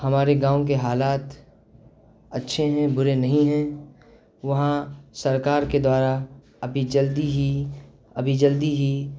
ہمارے گاؤں کے حالات اچّھے ہیں برے نہیں ہیں وہاں سرکار کے دوارا ابھی جلدی ہی ابھی جلدی ہی